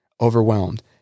overwhelmed